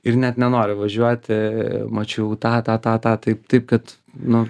ir net nenoriu važiuoti mačiau tą tą tą tą taip taip kad nu